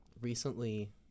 recently